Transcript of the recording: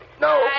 No